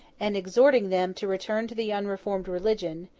and exhorting them to return to the unreformed religion,